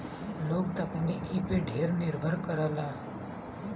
लोग तकनीकी पे ढेर निर्भर करलन